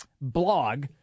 blog